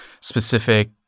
specific